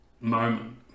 moment